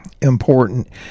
important